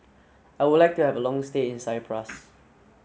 I would like to have a long stay in Cyprus